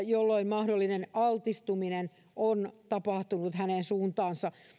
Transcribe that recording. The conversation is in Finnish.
jolloin mahdollinen altistuminen on tapahtunut hänen suuntaansa